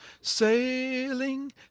Sailing